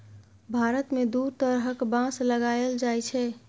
भारत मे दु तरहक बाँस लगाएल जाइ छै